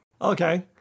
Okay